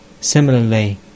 Similarly